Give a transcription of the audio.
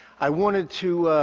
i wanted to